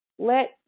Let